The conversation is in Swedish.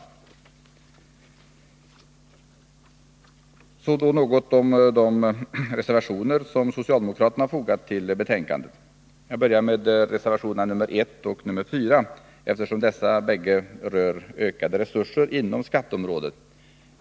Jag vill sedan något kommentera de reservationer som fogats till betänkandet. Jag börjar då med reservationerna 1 och 4 eftersom dessa båda rör ökade resurser inom skatteområdet.